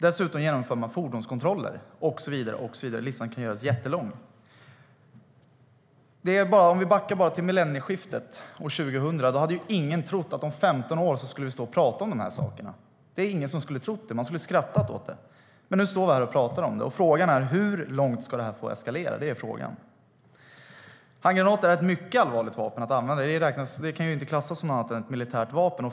Dessutom genomför man fordonskontroller och så vidare - listan kan göras jättelång. Vid millennieskiftet, år 2000, hade ingen trott att vi skulle stå och prata om de här sakerna nu. Ingen skulle ha trott det, utan man skulle ha skrattat åt det. Men nu står vi här och pratar om det, och frågan är hur mycket det ska få eskalera. Handgranater är ett mycket allvarligt vapen att använda. Det kan ju inte klassas som något annat än ett militärt vapen.